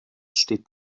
steht